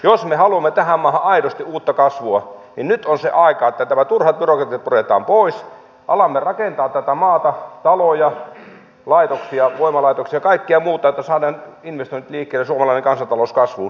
jos me haluamme tähän maahan aidosti uutta kasvua niin nyt on se aika että tämä turha byrokratia puretaan pois alamme rakentaa tätä maata taloja laitoksia voimalaitoksia kaikkea muuta että saadaan investoinnit liikkeelle suomalainen kansantalous kasvuun